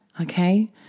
okay